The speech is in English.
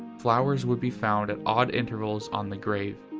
flowers would be found at odd intervals on the grave,